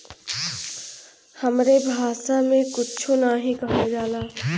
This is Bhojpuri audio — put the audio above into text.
हमरे भासा मे कुच्छो नाहीं कहल जाला